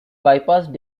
bypassed